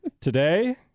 today